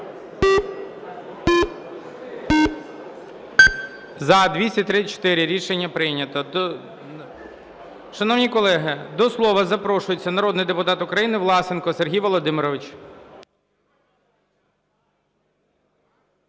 За-234 Рішення прийнято. Шановні колеги, до слова запрошується народний депутат України Власенко Сергій Володимирович.